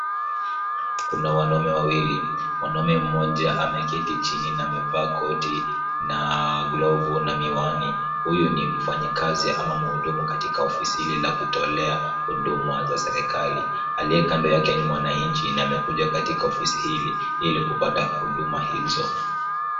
Kuna wanaume wawili, mwanaume mmoja ameketi chini na amevaa koti na glovu na miwani. Huyu ni mfanyakazi ama mhudumu katika ofisi hili la kutolea huduma za serikali. Aliyeka ndo yake ni mwananchi na amekuja katika ofisi hili ili kupata huduma hizo.